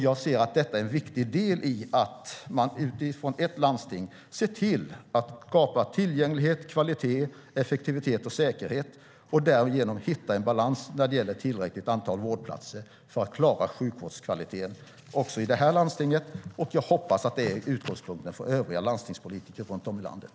Jag ser att detta är en viktig del i att man från ett landsting ser till att skapa tillgänglighet, kvalitet, effektivitet och säkerhet och därigenom hitta en balans när det gäller tillräckligt antal vårdplatser för att klara sjukvårdskvaliteten också i detta landsting. Jag hoppas att det är utgångspunkten också för övriga landstingspolitiker runt om i landet.